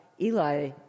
Eli